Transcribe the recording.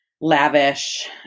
lavish